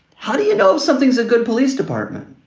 how do you know something's a good police department?